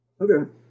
Okay